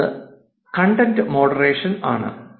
അടുത്തത് content moderation ആണ്